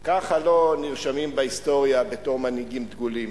ככה לא נרשמים בהיסטוריה בתור מנהיגים דגולים.